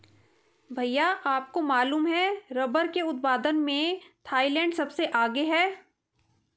भैया आपको मालूम है रब्बर के उत्पादन में थाईलैंड सबसे आगे हैं